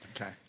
Okay